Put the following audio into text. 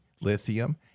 lithium